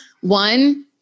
one